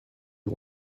you